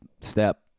Step